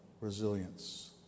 Resilience